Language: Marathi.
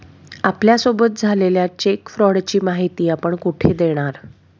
आपल्यासोबत झालेल्या चेक फ्रॉडची माहिती आपण कुठे देणार?